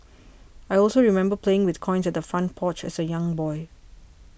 I also remember playing with coins at the front porch as a young boy